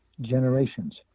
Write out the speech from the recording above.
generations